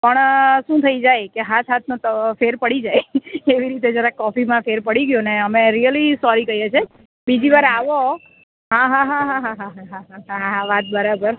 પણ શું થઈ જાય હાથ હાથનો ફેર પડી જાય એવી રીતે જરાક કોફીમાં ફેર પડી ગયોને અમે રિયલી સોરી કહીએ છીએ બીજીવાર આવો હા હા હા હા હા હા હા હા વાત બરાબર